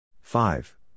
five